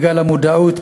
בגלל המודעות,